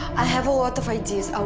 i have a lot of ideas.